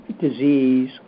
disease